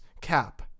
Cap